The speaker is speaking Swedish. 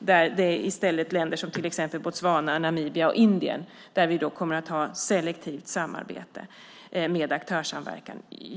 Det handlar i stället om länder som till exempel Botswana, Namibia och Indien där vi kommer att ha ett selektivt samarbete med aktörssamverkan.